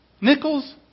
Nickels